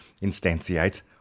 instantiate